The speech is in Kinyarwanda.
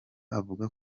avuga